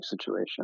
situation